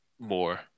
More